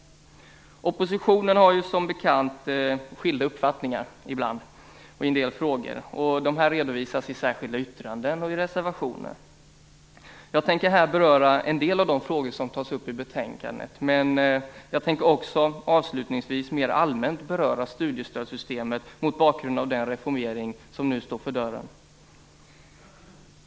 Oppositionen har ju som bekant avvikande uppfattningar i en del frågor. De redovisas i särskilda yttranden och i reservationer. Jag tänker här beröra en del av de frågor som tas upp i betänkandet, men jag tänker också avslutningsvis mer allmänt beröra studiestödssystemet mot bakgrund av den reformering som nu står för dörren.